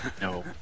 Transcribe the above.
No